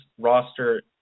roster